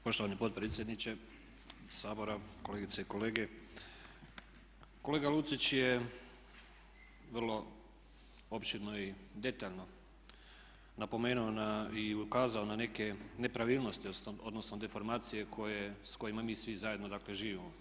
Poštovani potpredsjedniče Sabora, kolegice i kolege kolega Lucić je vrlo opširno i detaljno napomenuo i ukazao na neke nepravilnosti, odnosno deformacije s kojima mi svi zajedno, dakle živimo.